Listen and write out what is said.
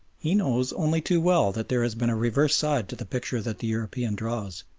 he knows only too well that there has been a reverse side to the picture that the european draws.